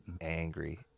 angry